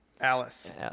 alice